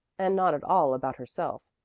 and not at all about herself,